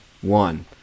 One